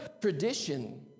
tradition